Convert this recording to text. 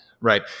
right